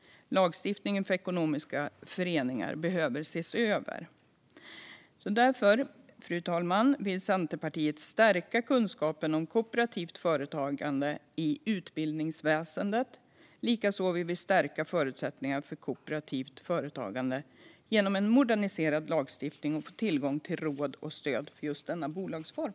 Lagstiftningen för ekonomiska föreningar behöver ses över. Fru talman! Därför vill Centerpartiet stärka kunskapen om kooperativt företagande i utbildningsväsendet. Likaså vill vi stärka förutsättningarna för kooperativt företagande genom en moderniserad lagstiftning och tillgång till råd och stöd för just denna bolagsform.